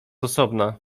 osobna